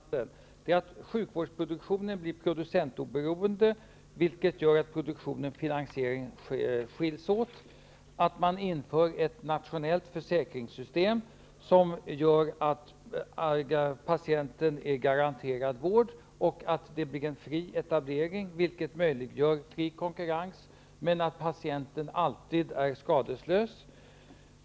Herr talman! Får jag förtydliga vad vi framhåller i våra motioner genom att referera till en del hemställanspunkter. Sjukvårdsproduktionen blir producentoberoende, vilket medför att produktion och finansiering skiljs åt. Man bör införa ett nationellt försäkringssystem som garanterar patienten vård. Det bör bli fri etablering, vilket möjliggör fri konkurrens. Patienten skall dock alltid vara skadeslös.